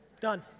Done